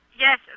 Yes